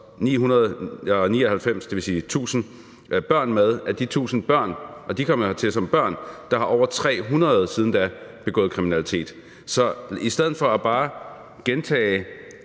999, dvs. 1.000, børn med, og de kom jo hertil som børn, og af dem har over 300 siden da begået kriminalitet. Så i stedet for bare at gentage